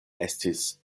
estis